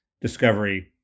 discovery